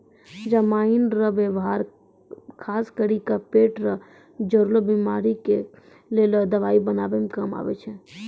जमाइन रो वेवहार खास करी के पेट से जुड़लो बीमारी लेली दवाइ बनाबै काम मे आबै छै